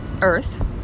earth